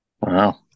Wow